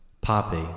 Poppy